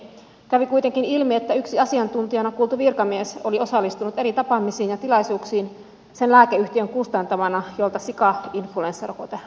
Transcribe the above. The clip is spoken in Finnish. kävi kuitenkin ilmi että yksi asiantuntijana kuultu virkamies oli osallistunut eri tapaamisiin ja tilaisuuksiin sen lääkeyhtiön kustantamana jolta sikainfluenssarokote hankittiin